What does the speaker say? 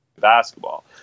basketball